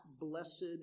blessed